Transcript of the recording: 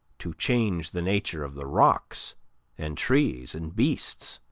to change the nature of the rocks and trees and beasts.